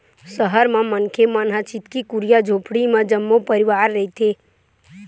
सहर म मनखे मन छितकी कुरिया झोपड़ी म जम्मो परवार रहिथे